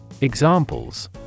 Examples